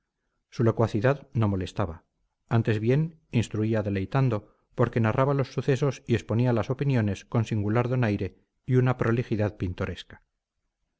patriota su locuacidad no molestaba antes bien instruía deleitando porque narraba los sucesos y exponía las opiniones con singular donaire y una prolijidad pintoresca